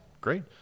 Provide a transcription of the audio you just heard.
Great